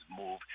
move